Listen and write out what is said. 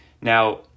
now